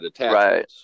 Right